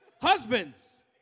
husbands